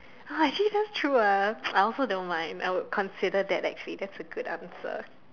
ah actually that's true ah I also don't mind I would consider that actually that's a good answer